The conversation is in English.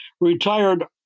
retired